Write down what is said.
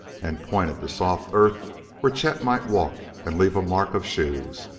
and pointed to soft earth where chet might walk and leave a mark of shoes.